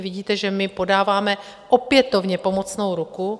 Vidíte, že my podáváme opětovně pomocnou ruku.